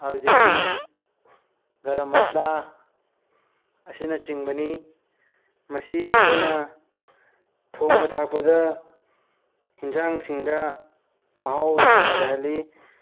ꯑꯗꯨꯗꯒꯤ ꯒꯔꯝ ꯃꯁꯥꯂꯥ ꯑꯁꯤꯅꯆꯤꯡꯕꯅꯤ ꯃꯁꯤ ꯑꯩꯈꯣꯏꯅ ꯊꯣꯡꯕ ꯊꯥꯛꯄꯗ ꯑꯦꯟꯁꯥꯡꯁꯤꯡꯗ ꯃꯍꯥꯎ ꯌꯥꯝꯅ ꯂꯩꯍꯜꯂꯤ